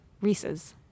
Reese's